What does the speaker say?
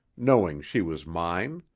knowing she was mine.